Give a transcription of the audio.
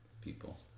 people